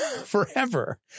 forever